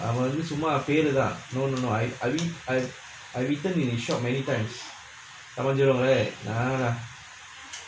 அவ வந்து சும்மா பேருதா:ava vanthu summa peruthaa no no no I I I I return really shocked many times taman jurong right ugh